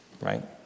Right